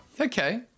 Okay